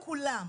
לכולם.